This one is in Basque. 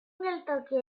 geltokia